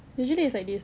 usually it's like this